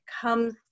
comes